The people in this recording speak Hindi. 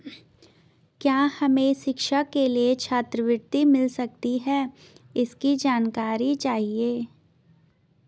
क्या हमें शिक्षा के लिए छात्रवृत्ति मिल सकती है इसकी जानकारी चाहिए?